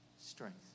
strength